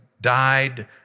died